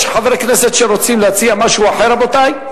יש חברי כנסת שרוצים להציע משהו אחר, רבותי?